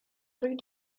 rue